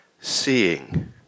seeing